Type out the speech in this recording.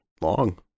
long